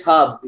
Hub